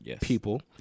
people